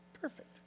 perfect